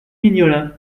mignola